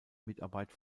mitarbeit